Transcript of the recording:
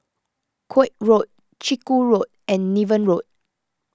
Koek Road Chiku Road and Niven Road